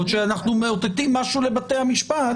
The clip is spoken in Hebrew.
יכול להיות שאנחנו מאותתים משהו לבתי המשפט.